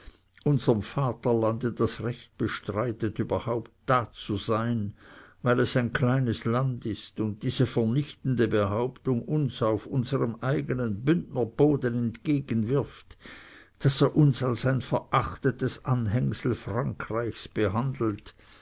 unserm vaterlande das recht bestreitet überhaupt dazusein weil es ein kleines land ist und diese vernichtende behauptung uns auf unserm eigenen bündnerboden entgegenwirft daß er uns als ein verachtetes anhängsel frankreichs behandelt